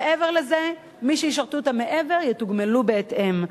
מעבר לזה, מי שישרתו את המעבר יתוגמלו בהתאם.